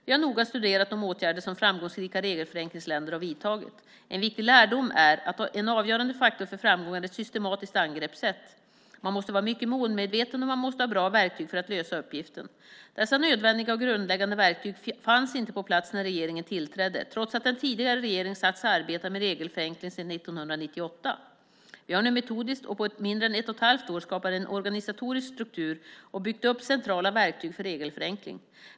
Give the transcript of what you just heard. Vi har noga studerat de åtgärder som framgångsrika regelförenklingsländer har vidtagit. En viktig lärdom är att en avgörande faktor för framgång är ett systematiskt angreppssätt. Man måste vara mycket målmedveten, och man måste ha bra verktyg för att lösa uppgiften. Dessa nödvändiga och grundläggande verktyg fanns inte på plats när regeringen tillträdde, trots att den tidigare regeringen sagt sig arbeta med regelförenkling sedan 1998. Vi har nu metodiskt och på mindre än ett och ett halvt år skapat en organisatorisk struktur och byggt upp centrala verktyg för regelförenkling.